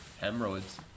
hemorrhoids